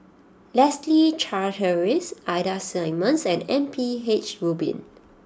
Leslie Charteris Ida Simmons and M P H Rubin